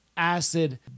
Acid